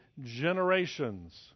generations